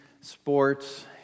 sports